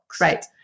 Right